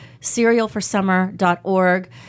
cerealforsummer.org